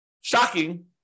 shocking